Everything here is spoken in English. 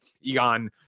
egon